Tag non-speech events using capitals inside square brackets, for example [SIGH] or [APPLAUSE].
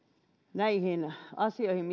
näihin asioihin [UNINTELLIGIBLE]